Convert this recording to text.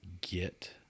get